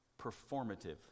performative